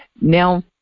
Now